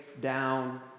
down